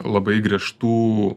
labai griežtų